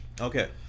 Okay